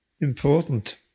important